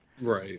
Right